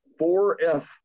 4F